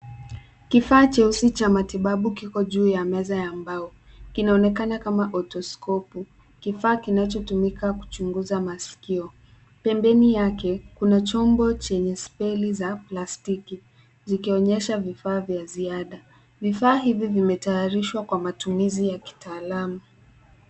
Kifaa cheusi cha matibabu kiko juu ya meza ya mbao. Kinaonekana kama otoskopu, kifaa kinachotumika kuchunguza maskio. Pembeni yake kuna chombo chenye speli za plastiki zikionyesha vifaa vya ziada. Vifaa hivi vimetayarishwa kwa matumizi ya kitaalamu.